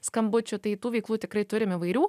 skambučių tai tų veiklų tikrai turim įvairių